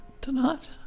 tonight